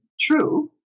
true